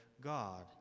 God